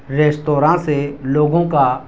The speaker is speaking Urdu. ریستوراں سے لوگوں کا